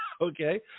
okay